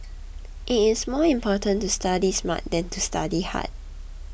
it's more important to study smart than to study hard